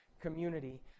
community